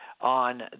on